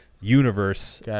universe